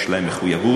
יש להם מחויבות.